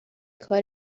کار